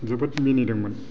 जोबोद मिनिदोंमोन